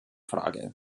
frage